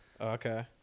Okay